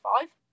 five